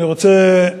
אני רוצה,